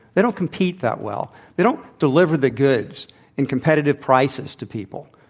they don't compete that well. they don't deliver the goods and competitive prices to people.